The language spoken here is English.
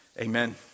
Amen